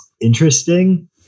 interesting